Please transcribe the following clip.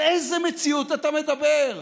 על איזו מציאות אתה מדבר?